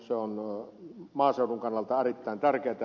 se on maaseudun kannalta erittäin tärkeätä